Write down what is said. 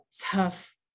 tough